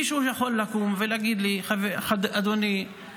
מישהו יכול לקום ולהגיד לי: אדוני,